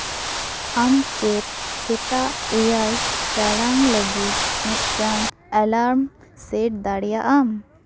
ᱟᱢ ᱪᱮᱫ ᱥᱮᱛᱟᱜ ᱮᱭᱟᱭ ᱴᱟᱲᱟᱝ ᱞᱟᱹᱜᱤᱫ ᱢᱤᱫᱴᱟᱝ ᱮᱞᱟᱨᱢ ᱥᱮᱴ ᱫᱟᱲᱮᱭᱟᱜᱼᱟᱢ